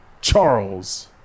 Charles